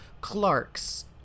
Clark's